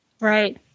Right